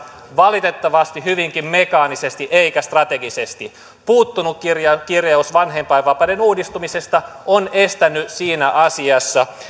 valitettavasti hyvinkin mekaanisesti eikä strategisesti puuttunut kirjaus kirjaus vanhempainvapaiden uudistumisesta on estänyt siinä asiassa